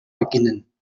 beginnen